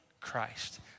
Christ